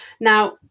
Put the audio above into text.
Now